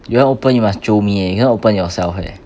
you want open you must jio me eh you cannot open yourself eh